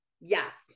Yes